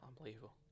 Unbelievable